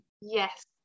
Yes